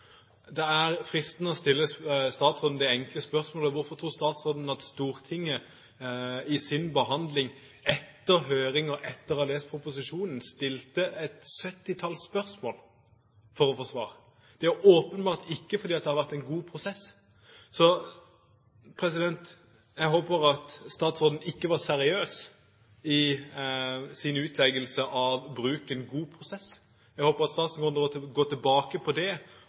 Det er fristende å stille statsråden det enkle spørsmålet: Hvorfor tror statsråden at Stortinget i sin behandling etter høringen og etter å ha lest proposisjonen stilte et syttitalls spørsmål for å få svar? Det er åpenbart ikke fordi det har vært en god prosess. Så jeg håper at statsråden ikke var seriøs da hun brukte uttrykket «en god prosess». Jeg håper statsråden går tilbake på det